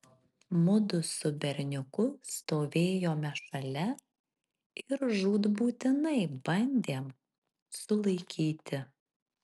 mudu su berniuku stovėjome šalia ir žūtbūtinai bandėm sulaikyti